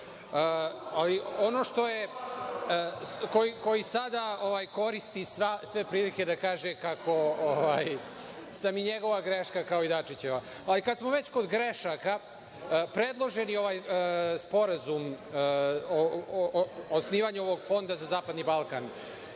Vučića, koji sada koristi sve prilike da kaže kako sam i njegova greška kao i Dačićeva. Ali, kad smo već kod grešaka, predloženi ovaj Sporazum o osnivanju ovog Fonda za zapadni Balkan